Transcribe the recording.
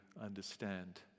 understand